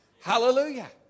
Hallelujah